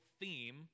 theme